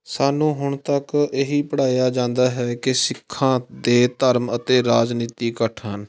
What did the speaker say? ਸਾਨੂੰ ਹੁਣ ਤੱਕ ਇਹੀ ਪੜ੍ਹਾਇਆ ਜਾਂਦਾ ਹੈ ਕਿ ਸਿੱਖਾਂ ਦੇ ਧਰਮ ਅਤੇ ਰਾਜਨੀਤੀ ਇਕੱਠ ਹਨ